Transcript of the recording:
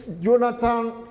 Jonathan